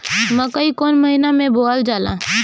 मकई कौन महीना मे बोअल जाला?